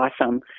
awesome